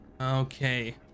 Okay